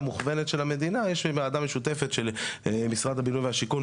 מוכוונת של המדינה יש ועדה משותפת של משרד הבינוי והשיכון,